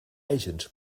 agent